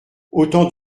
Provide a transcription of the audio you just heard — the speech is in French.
autant